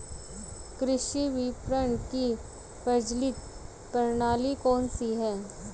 कृषि विपणन की प्रचलित प्रणाली कौन सी है?